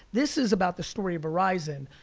this is about the story of verizon.